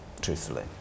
truthfully